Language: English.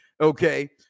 okay